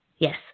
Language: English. Yes